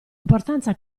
importanza